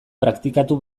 praktikatu